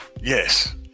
Yes